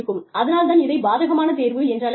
அதனால் தான் இதைப் பாதகமான தேர்வு என்றழைக்கிறோம்